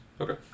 Okay